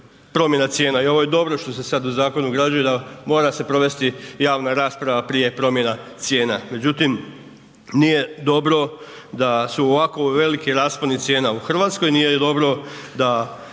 promjena cijela. I ovo je dobro što ste sad u zakon ugradili da mora se provesti javna rasprava prije promjena cijena. Međutim, nije dobro da su ovako veliki rasponi cijena u Hrvatskoj, nije ni dobro da